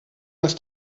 ist